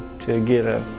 to get a